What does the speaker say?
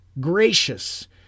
gracious